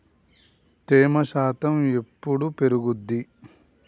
తేమ శాతం ఎప్పుడు పెరుగుద్ది?